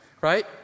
right